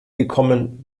gekommen